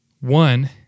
one